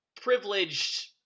privileged